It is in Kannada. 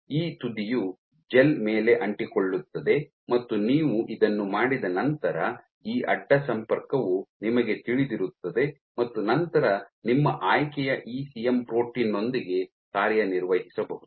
ಈ ತುದಿಯು ಜೆಲ್ ಮೇಲೆ ಅಂಟಿಕೊಳ್ಳುತ್ತದೆ ಮತ್ತು ನೀವು ಇದನ್ನು ಮಾಡಿದ ನಂತರ ಈ ಅಡ್ಡ ಸಂಪರ್ಕವು ನಿಮಗೆ ತಿಳಿದಿರುತ್ತದೆ ಮತ್ತು ನಂತರ ನಿಮ್ಮ ಆಯ್ಕೆಯ ಇಸಿಎಂ ಪ್ರೋಟೀನ್ ನೊಂದಿಗೆ ಕಾರ್ಯನಿರ್ವಹಿಸಬಹುದು